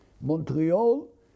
Montreal